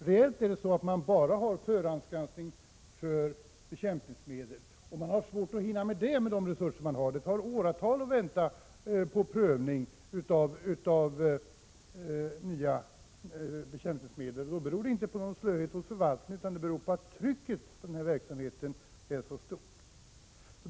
Reellt sker förhandsgranskning bara av bekämpningsmedel, och inspektionen har svårt att hinna med det, med de resurser den har. Det tar åratal att vänta på prövning av nya bekämpningsmedel, och det beror inte på någon slöhet hos myndigheten utan på att trycket på verksamheten är så stort.